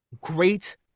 Great